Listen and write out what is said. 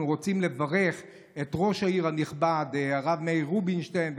אנחנו רוצים לברך את ראש העיר הנכבד הרב מאיר רובינשטיין,